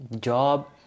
Job